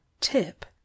tip